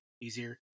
easier